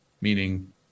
meaning